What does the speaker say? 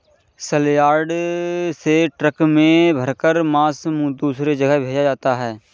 सलयार्ड से ट्रक में भरकर मांस दूसरे जगह भेजा जाता है